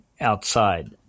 outside